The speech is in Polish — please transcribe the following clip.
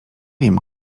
wiem